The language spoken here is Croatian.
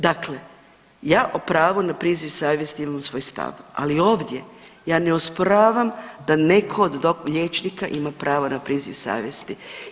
Dakle, ja o pravu na priziv savjesti imam svoj stav, ali ovdje ja ne osporavam da neko od liječnika ima pravo na priziv savjesti.